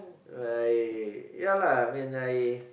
right ya lah I mean I